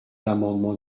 l’amendement